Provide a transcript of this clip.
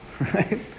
right